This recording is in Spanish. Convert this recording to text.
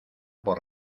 por